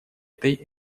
этой